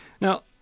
Now